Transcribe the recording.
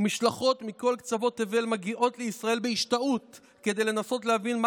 ומשלחות מכל קצוות תבל מגיעות לישראל בהשתאות כדי לנסות להבין מה